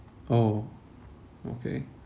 oh okay